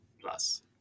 plus